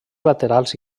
laterals